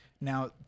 Now